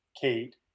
Kate